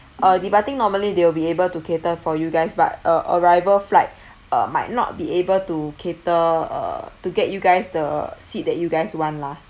uh departing normally they'll be able to cater for you guys but uh arrival flight uh might not be able to cater uh to get you guys the seat that you guys want lah